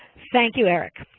thank you, eric.